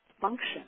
function